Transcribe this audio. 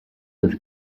with